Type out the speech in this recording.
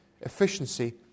efficiency